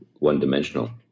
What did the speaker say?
one-dimensional